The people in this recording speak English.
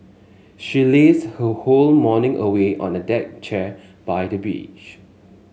she lazed her whole morning away on a deck chair by the beach